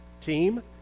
team